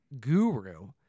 guru